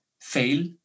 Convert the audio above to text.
fail